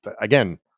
again